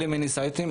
אלה minisites,